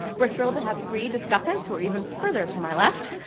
we're thrilled to have three discussants, who are even further to my left,